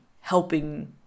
helping